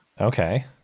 Okay